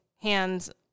hands